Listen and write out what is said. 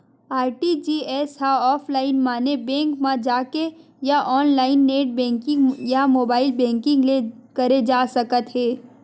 RTGS ह offline माने bank म जाके या ऑनलाईन नेट बेंकिंग या मोबाईल बेंकिंग ले करे जा सकत हे